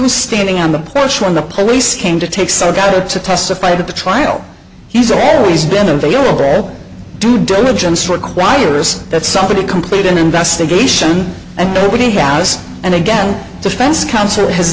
was standing on the porch when the police came to take so got it to testified at the trial he's always been very ill bred due diligence require is that somebody completed an investigation and nobody has and again defense counsel has